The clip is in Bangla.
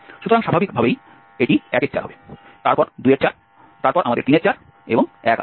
সুতরাং স্বাভাবিকভাবেই এটি 14 হবে তারপর 24 তারপর আমাদের 34 এবং 1 আছে